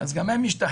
אז גם הם משתחררים.